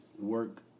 work